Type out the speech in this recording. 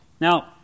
Now